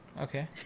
okay